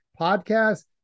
podcast